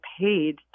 paid